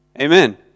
Amen